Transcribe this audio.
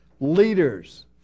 Leaders